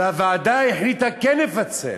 והוועדה החליטה כן לפצל,